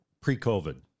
pre-COVID